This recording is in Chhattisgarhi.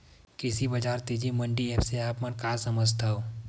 कृषि बजार तेजी मंडी एप्प से आप मन का समझथव?